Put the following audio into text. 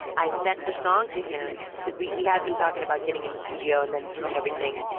i sent the song to him, because we we had been talking about getting in the studio. and then when everything